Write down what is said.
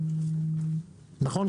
נכון,